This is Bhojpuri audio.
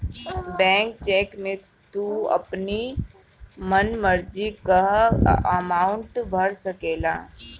ब्लैंक चेक में तू अपनी मन मर्जी कअ अमाउंट भर सकेला